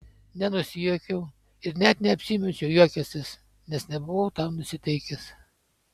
nenusijuokiau ir net neapsimečiau juokiąsis nes nebuvau tam nusiteikęs